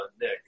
Nick